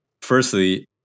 firstly